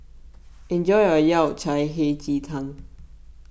enjoy your Yao Cai Hei Ji Tang